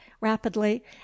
rapidly